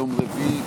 יום רביעי,